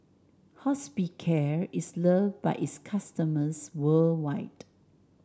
Hospicare is loved by its customers worldwide